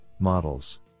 models